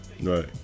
Right